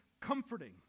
comforting